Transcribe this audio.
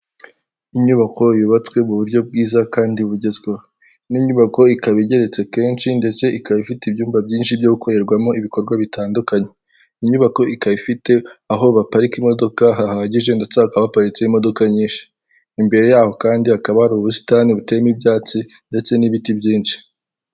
Inyubako yubatswe mu buryo bwiza kandi bugezweho, ino nyubako ikaba igeretse kenshi ndetse ikaba ifite ibyumba byinshi byo gukorerwamo ibikorwa bitandukanye, inyubako ikaba ifite aho baparika imodoka hahagije ndetse hakaba haparitse imodoka nyinshi, imbere yaho kandi hakaba hari ubusitani buteyemo ibyatsi ndetse n'ibiti byinshi.